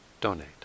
donate